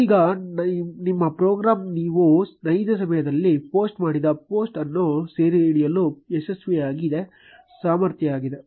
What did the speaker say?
ಈಗ ನಿಮ್ಮ ಪ್ರೋಗ್ರಾಂ ನೀವು ನೈಜ ಸಮಯದಲ್ಲಿ ಪೋಸ್ಟ್ ಮಾಡಿದ ಪೋಸ್ಟ್ ಅನ್ನು ಸೆರೆಹಿಡಿಯಲು ಯಶಸ್ವಿಯಾಗಿ ಸಮರ್ಥವಾಗಿದೆ